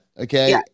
okay